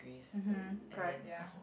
(uh huh) correct ya